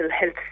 health